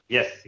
Yes